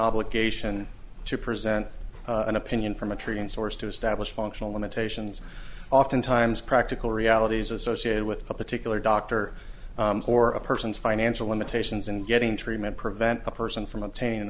obligation to present an opinion from a tree and source to establish functional limitations oftentimes practical realities associated with a particular doctor or a person's financial limitations in getting treatment prevent the person from obtain